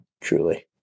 truly